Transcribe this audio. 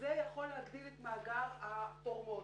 וזה יכול להגדיל את מאגר התורמות.